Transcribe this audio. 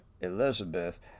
elizabeth